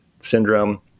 syndrome